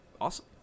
Awesome